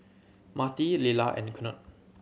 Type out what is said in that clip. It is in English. Marti Lilla and Knute